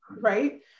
Right